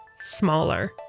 smaller